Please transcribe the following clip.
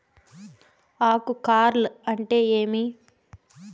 ఆకు కార్ల్ అంటే ఏమి?